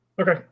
Okay